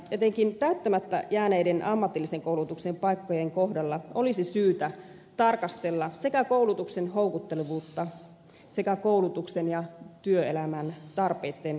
etenkin täyttämättä jääneiden ammatillisen koulutuksen paikkojen kohdalla olisi syytä tarkastella sekä koulutuksen houkuttelevuutta että koulutuksen ja työelämän tarpeitten kohtaamista